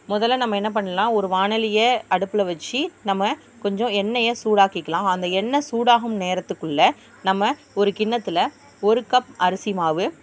முதல்ல நம்ம என்ன பண்ணலாம் ஒரு வாணலியை அடுப்பில் வச்சு நம்ம கொஞ்சம் எண்ணெயை சூடாக்கிக்கலாம் அந்த எண்ணெய் சூடாகும் நேரத்துக்குள்ளே நம்ம ஒரு கிண்ணத்தில் ஒரு கப் அரிசி மாவு